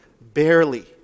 barely